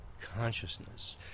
consciousness